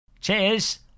Cheers